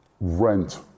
rent